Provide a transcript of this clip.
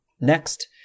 next